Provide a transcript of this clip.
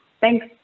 Thanks